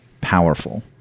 powerful